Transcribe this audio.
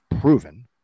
proven